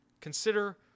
Consider